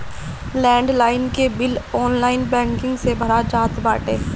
land line के bill online banking से भरा जात बाटे